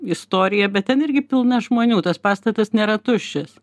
istorija bet ten irgi pilna žmonių tas pastatas nėra tuščias